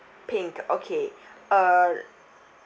pink okay err